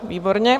Výborně.